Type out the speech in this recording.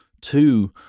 two